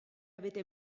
avete